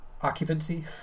Occupancy